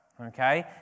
okay